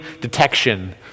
detection